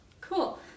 Cool